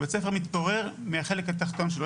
בית הספר מתפורר מהחלק התחתון שלו,